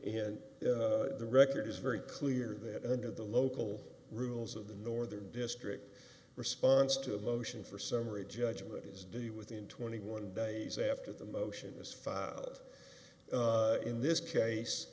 in the record is very clear that under the local rules of the northern district response to a motion for summary judgment is due within twenty one days after the motion was filed in this case